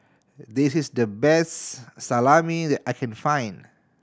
this is the best Salami that I can find